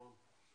נכון?